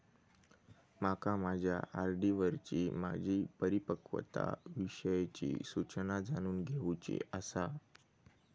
माका माझ्या आर.डी वरची माझी परिपक्वता विषयची सूचना जाणून घेवुची आसा